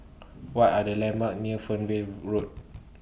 What Are The landmarks near Fernvale Road